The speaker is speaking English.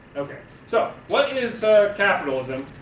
so, what is capitalism?